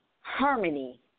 Harmony